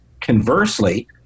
Conversely